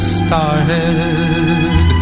started